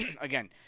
Again